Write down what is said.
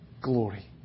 glory